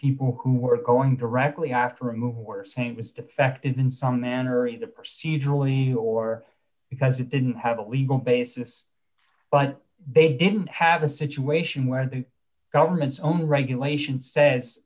people who were going directly after a movie or saying was defective in some manner hurry the procedurally or because it didn't have a legal basis but they didn't have a situation where the government's own regulation says